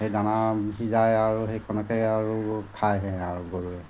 সেই দানা সিজায় আৰু সেইখনকে আৰু খায়হে আৰু গৰুৱে